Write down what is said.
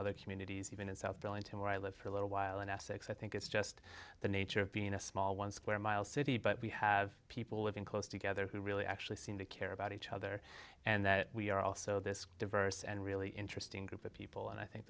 other communities even in south billington where i live for a little while in essex i think it's just the nature of being in a small one square mile city but we have people living close together who really actually seem to care about each other and that we are also this diverse and really interesting group of people and i think